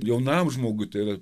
jaunam žmogui tai yra